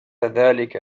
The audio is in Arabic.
ذلك